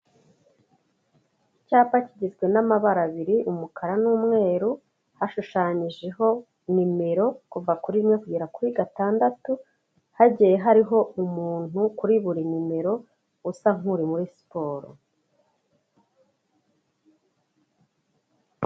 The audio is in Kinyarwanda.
Icyapa kigizwe n'amabara abiri umukara n'umweru, hashushanyijeho nimero kuva kuri rimwe kugera kuri gatandatu, hagiye hariho umuntu kuri buri nimero usa nk'uri muri siporo.